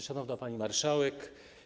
Szanowna Pani Marszałek!